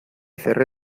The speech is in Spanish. cerré